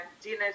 dinner